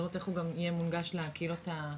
צריך לראות איך הוא גם יהיה מונגש לקהילות החרדיות,